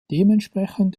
dementsprechend